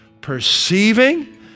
perceiving